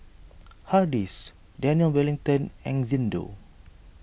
Hardy's Daniel Wellington and Xndo